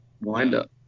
windup